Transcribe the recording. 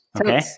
Okay